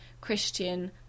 Christian